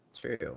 true